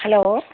hello